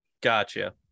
gotcha